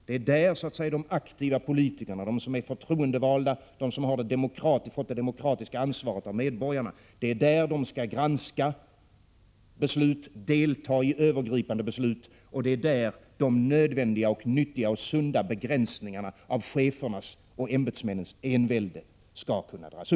Det är så att säga där de aktiva politikerna, de som är förtroendevalda och har fått det demokratiska ansvaret av medborgarna, skall granska beslut och delta i övergripande beslut, och det är där de nödvändiga, nyttiga och sunda begränsningarna av chefernas och ämbetsmännens envälde skall bestämmas.